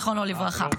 זיכרונו לברכה.